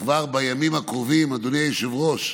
כבר בימים הקרובים, אדוני היושב-ראש,